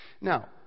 Now